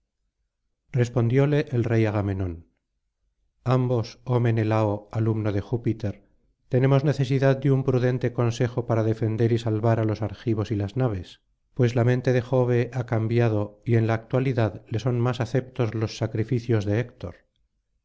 respondióle el rey agamenón ambos oh menelao alumno de júpiter tenemos necesidad de un prudente consejo para defender y salvar á los argivos y las naves pues la mente de jove ha cambiado y en la actualidad le son más aceptos los sacrificios de héctor